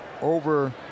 over